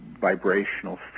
vibrational